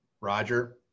Roger